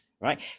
right